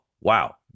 wow